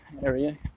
area